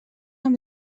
amb